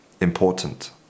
important